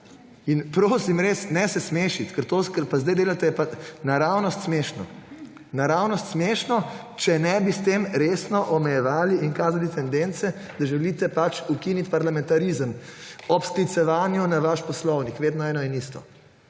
Prosim res, ne se smešiti, ker to, kar pa zdaj delate, je pa naravnost smešno. Naravnost smešno, če ne bi s tem resno omejevali in kazali tendence, da želite pač ukiniti parlamentarizem ob sklicevanju na vaš poslovnik ‒ vedno eno in isto.